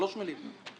שלוש מילים.